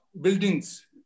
buildings